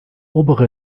obere